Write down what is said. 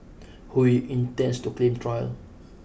Hui intends to claim trial